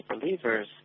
believers